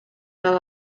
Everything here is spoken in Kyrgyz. ала